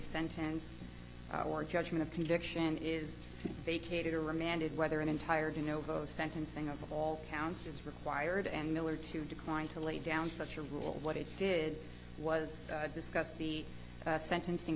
sentence or judgment a conviction is vacated or remanded whether an entire de novo sentencing of all counsel is required and miller to decline to lay down such a rule what it did was discuss the sentencing